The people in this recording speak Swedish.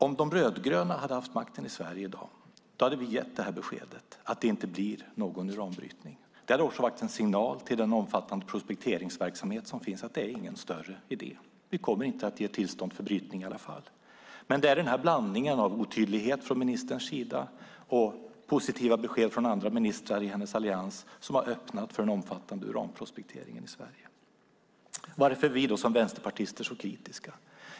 Om de rödgröna hade haft makten i Sverige hade vi gett beskedet att det inte blir någon uranbrytning. Det hade också varit en signal till den omfattande prospekteringsverksamhet som finns om att det inte är någon större idé; vi kommer inte att ge tillstånd för brytning. Det är blandningen av otydlighet från ministerns sida och positiva besked från andra ministrar i Alliansen som har öppnat för den omfattande uranprospekteringen i Sverige. Varför är vi vänsterpartister så kritiska?